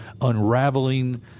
unraveling